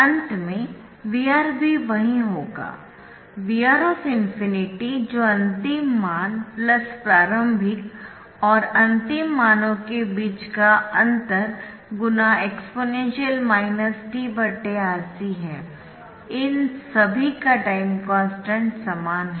अंत में VR भी वही होगा V R ∞ जो अंतिम मान प्रारंभिक और अंतिम मानों के बीच का अंतर × exp t R C है इन सभी का टाइम कॉन्स्टन्ट समान है